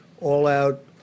all-out